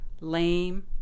lame